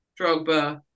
Drogba